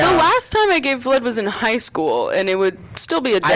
last time i gave blood was in high school, and it would still be a